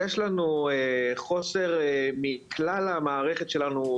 יש לנו חוסר מכלל המערכת שלנו,